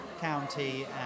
county